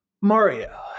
Mario